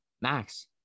Max